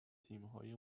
تیمهای